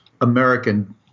American